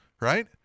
right